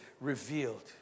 revealed